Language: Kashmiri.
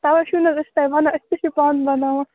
تَوَے چھُو نہٕ حظ أسۍ تۄہہِ وَنان أسۍ تہِ چھِ پانہٕ بَناوان